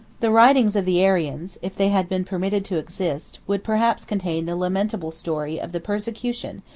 the writings of the arians, if they had been permitted to exist, would perhaps contain the lamentable story of the persecution,